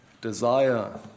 desire